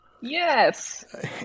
Yes